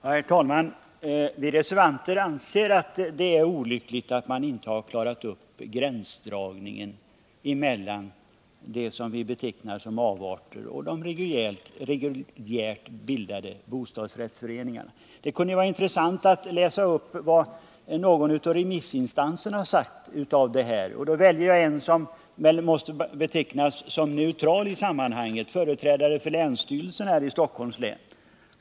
Herr talman! Vi reservanter anser att det är olyckligt att man inte har klarat upp gränsdragningen mellan det som vi betecknar som avarter och de reguljärt bildade bostadsrättsföreningarna. Det kunde vara intressant att läsa upp vad någon av remissinstanserna sagt om detta, och då väljer jag en som väl måste betecknas som neutral i sammanhanget, nämligen länsstyrelsen här i Stockholms län.